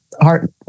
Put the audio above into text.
heart